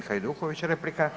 G. Hajduković, replika.